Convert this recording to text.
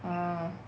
ah